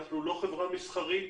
אנחנו לא חברה מסחרית